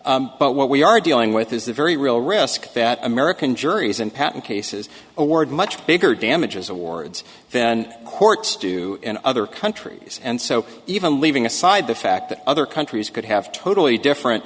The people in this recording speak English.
but what we are dealing with is the very real risk that american juries and patent cases award much bigger damages awards then courts do in other countries and so even leaving aside the fact that other countries could have totally different